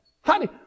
Honey